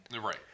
Right